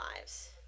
lives